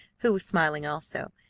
who was smiling also,